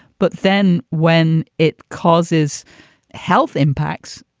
but then when it causes health impacts,